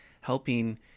helping